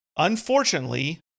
Unfortunately